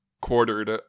quartered